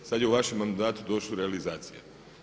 Sad je u vašem mandatu došla realizacija.